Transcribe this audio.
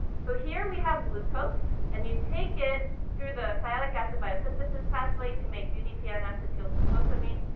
so here we have glucose. and you take it through the sialic acid biosynthesis pathway to make udp-n-acetylglucosamine.